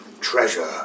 treasure